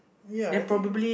ya I think